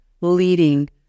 leading